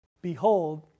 Behold